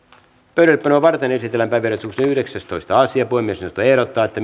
pöydällepanoa varten esitellään päiväjärjestyksen yhdeksästoista asia puhemiesneuvosto ehdottaa että